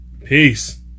Peace